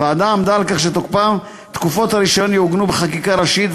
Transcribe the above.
הוועדה עמדה על כך שתקופות הרישיון יעוגנו בחקיקה ראשית,